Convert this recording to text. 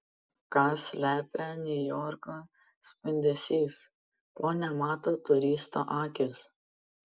ką slepia niujorko spindesys ko nemato turisto akis